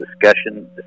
discussion